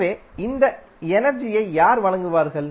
எனவே இந்த எனர்ஜியை யார் வழங்குவார்கள்